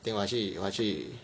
then 我要去我要去